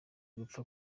gupfa